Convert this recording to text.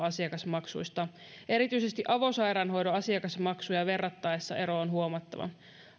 asiakasmaksuista erityisesti avosairaanhoidon asiakasmaksuja verrattaessa ero on huomattava